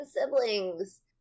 siblings